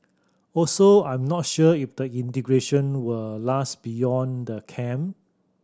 also I'm not sure if the integration will last beyond the camp